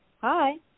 Hi